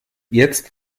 jetzt